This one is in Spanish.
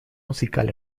musical